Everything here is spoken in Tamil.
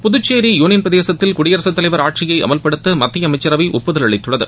புதுச்சோி யுளியன் பிரதேசத்தில் குடியரசுத் தலைவர் ஆட்சியை அமல்படுத்த மத்திய அமைச்சரவை ஒப்புதல் அளித்துள்ளது